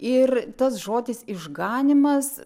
ir tas žodis išganymas